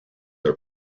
are